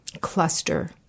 cluster